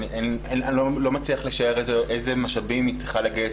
אני לא מצליח לשער איזה משאבים היא צריכה לגייס